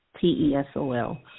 T-E-S-O-L